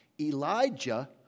Elijah